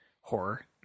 horror